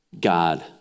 God